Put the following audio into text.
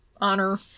honor